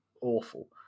awful